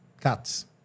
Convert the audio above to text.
Cats